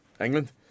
England